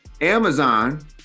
Amazon